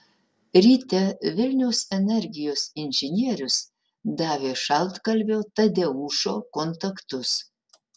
ryte vilniaus energijos inžinierius davė šaltkalvio tadeušo kontaktus